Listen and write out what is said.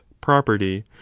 property